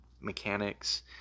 mechanics